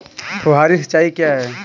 फुहारी सिंचाई क्या है?